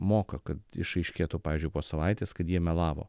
moka kad išaiškėtų pavyzdžiui po savaitės kad jie melavo